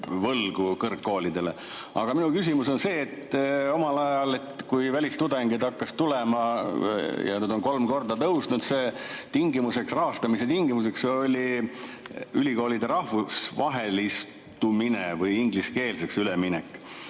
võlgu kõrgkoolidele. Aga minu küsimus on see, et omal ajal, kui välistudengeid hakkas tulema – nüüd on kolm korda tõusnud nende [arv] –, oli rahastamise tingimuseks ülikoolide rahvusvahelistumine või inglise keelele üleminek.